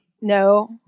no